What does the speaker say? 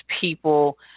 people